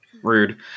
rude